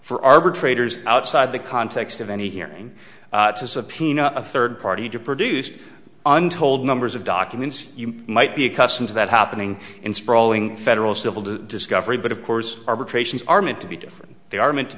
for arbitrator's outside the context of any hearing to subpoena a third party to produce untold numbers of documents might be accustomed to that happening in sprawling federal civil to discovery but of course arbitrations are meant to be different they are meant to